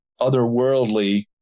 otherworldly